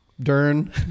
Dern